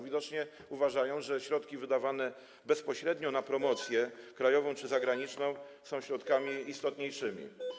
Widocznie uważają, że środki wydawane bezpośrednio na promocję krajową czy zagraniczną są środkami istotniejszymi.